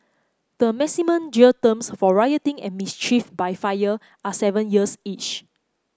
the maximum jail terms for rioting and mischief by fire are seven years each